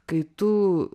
kai tu